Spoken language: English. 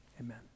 amen